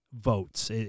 votes